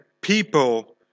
People